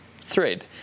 thread